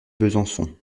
besançon